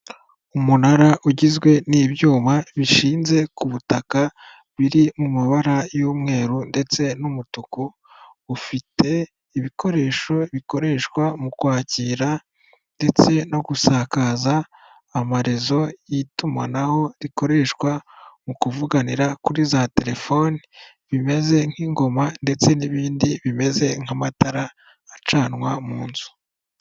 Umunara ugizwe n'ibyuma bishinze ku butaka biri mu mabara y'umweru ndetse n'umutuku ufite ibikoresho bikoreshwa mu kwakira ndetse no gusakaza amarezo y'itumanaho rikoreshwa mu kuvuganira kuri za telefoni bimeze nk'ingoma ndetse n'ibindi bimeze nk'amatara acanwa mu nzu.